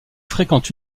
fréquentent